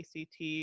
act